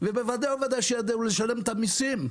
ובוודאי ובוודאי שיעדיפו לשלם את המיסים.